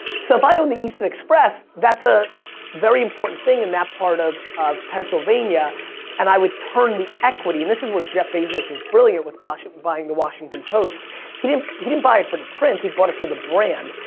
so if i owned the easton express that's a very important thing in that part of of pennsylvania and i would turn the equity and this is where jeff bezos was brilliant with buying the washington post he didn't he didn't buy it for the print, he bought it for the brand.